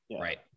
Right